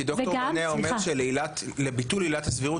כי ד"ר ברנע אומר שלביטול עילת הסבירות